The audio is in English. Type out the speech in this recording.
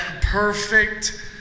perfect